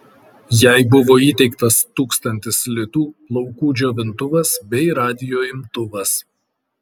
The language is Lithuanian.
jai buvo įteiktas tūkstantis litų plaukų džiovintuvas bei radijo imtuvas